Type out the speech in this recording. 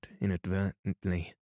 inadvertently